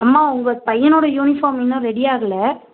அம்மா உங்கள் பையனோடய யூனிஃபார்ம் இன்னும் ரெடி ஆகல